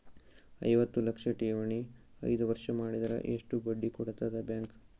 ಐವತ್ತು ಲಕ್ಷ ಠೇವಣಿ ಐದು ವರ್ಷ ಮಾಡಿದರ ಎಷ್ಟ ಬಡ್ಡಿ ಕೊಡತದ ಬ್ಯಾಂಕ್?